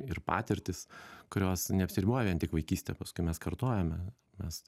ir patirtis kurios neapsiriboja vien tik vaikyste paskui mes kartojame mes